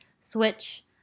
switch